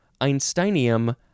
Einsteinium